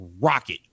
rocket